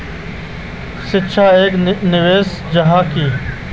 शिक्षा एक निवेश जाहा की?